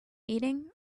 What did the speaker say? eating